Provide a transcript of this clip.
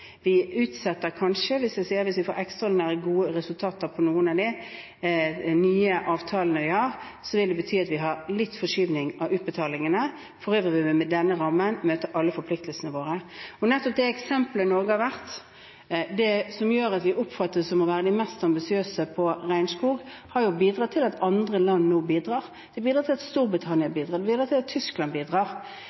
Hvis vi får ekstraordinært gode resultater med noen av de nye avtalene vi har, vil det bety at vi har litt forskyvning av utbetalingene. For øvrig vil vi med denne rammen møte alle forpliktelsene våre. Nettopp det eksempelet Norge har vært, som gjør at vi oppfattes som å være av de mest ambisiøse når det gjelder regnskog, har bidratt til at andre land nå bidrar – det bidrar til at Storbritannia bidrar, det bidrar til at Tyskland bidrar.